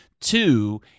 two